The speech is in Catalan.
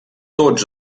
tots